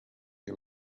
you